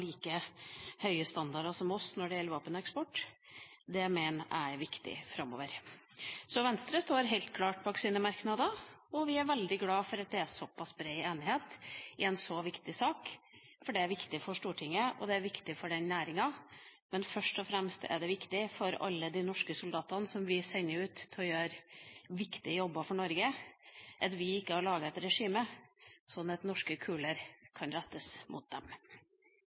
like høye standarder som oss når det gjelder våpeneksport. Det mener jeg er viktig framover. Venstre står helt klart bak sine merknader, og vi er veldig glade for at det er såpass bred enighet i en så viktig sak. Det er viktig for Stortinget, og det er viktig for den næringa, men først og fremst er det viktig for alle de norske soldatene som vi sender ut for å gjøre viktige jobber for Norge, at vi ikke har lagd et regime som gjør at norske kuler kan rettes mot dem.